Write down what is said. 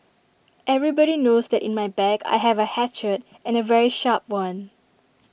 everybody knows that in my bag I have A hatchet and A very sharp one